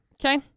Okay